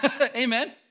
Amen